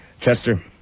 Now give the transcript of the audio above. Chester